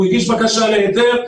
הוא הגיש בקשה להיתר,